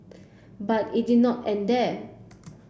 but it did not end there